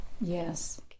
Yes